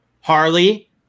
Harley